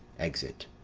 exit.